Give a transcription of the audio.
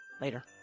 later